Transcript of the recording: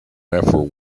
effort